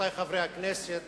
רבותי חברי הכנסת,